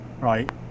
right